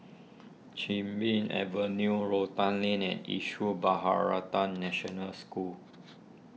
Chin Bee Avenue Rotan Lane and Issue Bharatan National School